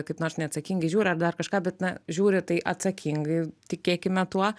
kaip nors neatsakingai žiūri ar dar kažką bet na žiūri tai atsakingai tikėkime tuo